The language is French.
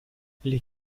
les